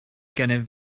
gennyf